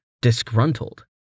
disgruntled